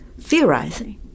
theorizing